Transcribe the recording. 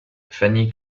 fanny